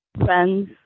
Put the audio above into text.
friends